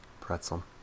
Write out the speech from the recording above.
Pretzel